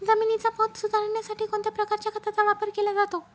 जमिनीचा पोत सुधारण्यासाठी कोणत्या प्रकारच्या खताचा वापर केला जातो?